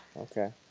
Okay